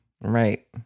Right